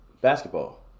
basketball